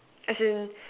as in